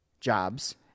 jobs